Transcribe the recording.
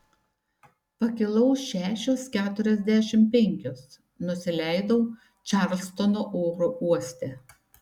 pakilau šešios keturiasdešimt penkios nusileidau čarlstono oro uoste